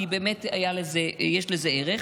כי יש לזה ערך,